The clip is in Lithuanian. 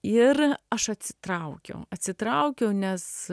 ir aš atsitraukiau atsitraukiau nes